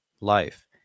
life